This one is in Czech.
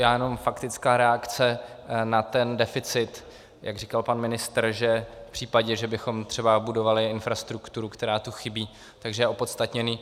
Já jenom faktická reakce na ten deficit, jak říkal pan ministr, že v případě, že bychom třeba budovali infrastrukturu, která tu chybí, tak že je opodstatněný.